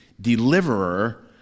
Deliverer